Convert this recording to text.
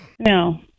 No